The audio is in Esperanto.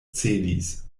celis